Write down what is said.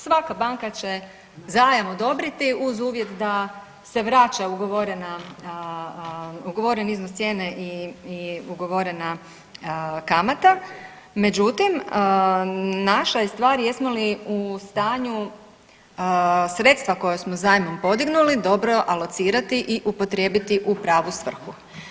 Svaka banka će zajam odobriti uz uvjet da se vraća ugovoren iznos cijene i ugovorena kamata, međutim naša je stvar jesmo li u stanju sredstva koja smo zajmom podignuli dobro alocirati i upotrijebiti u pravu svrhu.